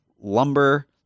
lumber